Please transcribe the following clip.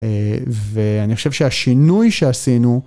ואני חושב שהשינוי שעשינו.